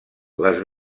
les